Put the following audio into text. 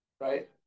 right